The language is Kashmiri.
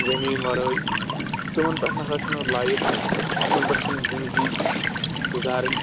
زمیٖنہِ ورٲے تِمن پٮ۪ٹھ نَسا چھِنہٕ لایِف تِمن پٮ۪ٹھ چھِنہٕ زِنٛدگی گُذارٕنۍ